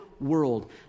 world